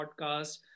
podcast